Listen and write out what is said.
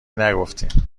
نگفتیم